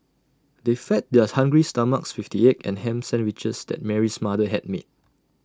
they fed their hungry stomachs with the egg and Ham Sandwiches that Mary's mother had made